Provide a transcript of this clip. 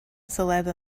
saliva